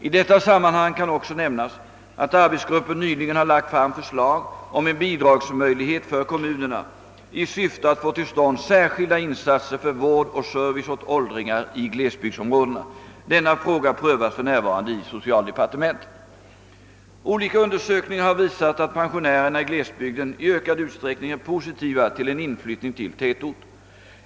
I detta sammanhang kan också nämnas att arbetsgruppen nyligen har lagt fram förslag om en bidragsmöjlighet för kommunerna i syfte att få till stånd särskilda insatser för vård och service åt åldringar i glesbygdsområden. Denna fråga prövas för närvarande i socialdepartementet. Olika undersökningar har visat att pensionärerna i glesbygden i ökad utsträckning är positiva till en inflyttning till tätorter.